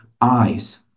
Eyes